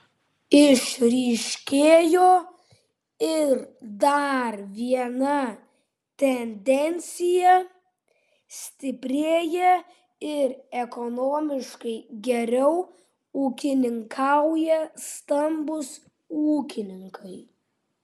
išryškėjo ir dar viena tendencija stiprėja ir ekonomiškai geriau ūkininkauja stambūs ūkininkai